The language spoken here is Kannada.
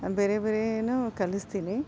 ಬೇರೆ ಬೇರೆಯೂ ಕಲಿಸ್ತೀನಿ